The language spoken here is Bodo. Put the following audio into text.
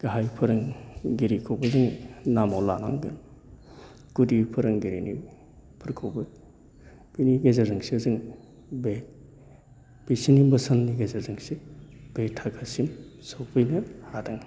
गाहाइ फोरोंगिरिखौबो जों नामाव लानांगोन गुदि फोरोंगिरिनिफोरखौबो बिनि गेजेरजोंसो जों बे बिसोरनि बोसोननि गेजेरजोंसो बे थाखोसिम सफैनो हादों